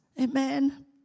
Amen